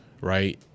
Right